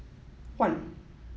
one